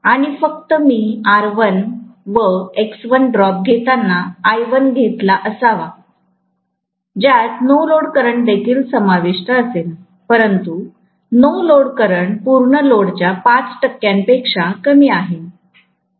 आणि फक्त मी R1 व X1 ड्रॉप घेताना I1 घेतला असावा ज्यात नो लोड करंट देखील समाविष्ट असेलपरंतु नो लोड करंट पूर्ण लोडच्या 5 टक्क्यां पेक्षा कमी आहे